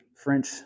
French